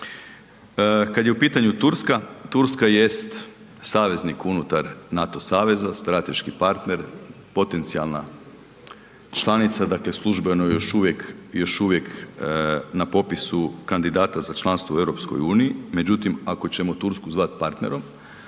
Kada je u pitanju Turska, Turska jest saveznik unutar NATO saveza, strateški partner, potencijalna članica, dakle službeno je još uvijek na popisu kandidata za članstvo u EU. Međutim ako ćemo Tursku zvati partnerom,